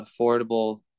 affordable